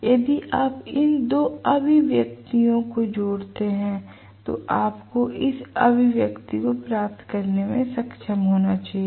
इसलिए यदि आप इन 2 अभिव्यक्तियों को जोड़ते हैं तो आपको इस अभिव्यक्ति को प्राप्त करने में सक्षम होना चाहिए